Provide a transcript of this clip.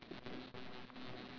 cars and motorcycles